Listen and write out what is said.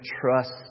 trust